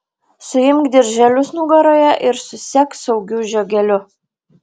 suimk dirželius nugaroje ir susek saugiu žiogeliu